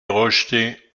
rejetés